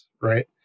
right